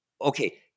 okay